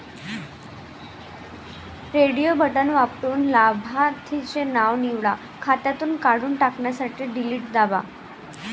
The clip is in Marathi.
रेडिओ बटण वापरून लाभार्थीचे नाव निवडा, खात्यातून काढून टाकण्यासाठी डिलीट दाबा